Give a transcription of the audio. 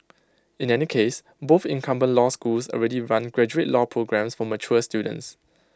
in any case both incumbent law schools already run graduate law programmes for mature students